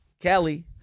Kelly